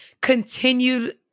continued